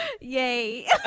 Yay